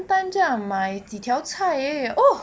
单价买几条菜而已 oh